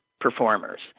performers